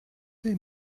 they